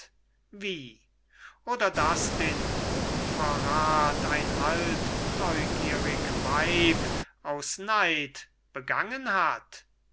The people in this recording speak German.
oder daß den hochverrat ein alt neugierig weib aus neid begangen hat